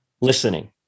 Listening